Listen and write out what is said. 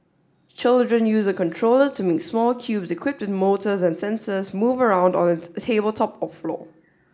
children use a controller to make small cubes equipped with motors and sensors move around on the tabletop or floor